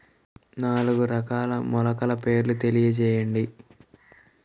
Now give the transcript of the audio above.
నాలుగు రకాల మొలకల పేర్లు తెలియజేయండి?